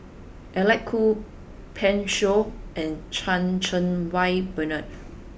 Alec Kuok Pan Shou and Chan Cheng Wah Bernard